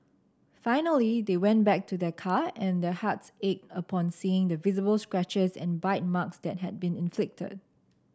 finally they went back to their car and their hearts ached upon seeing the visible scratches and bite marks that had been inflicted